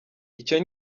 icyo